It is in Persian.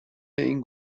این